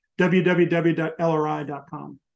www.lri.com